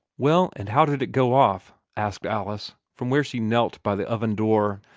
well and how did it go off? asked alice, from where she knelt by the oven door,